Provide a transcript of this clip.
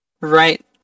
right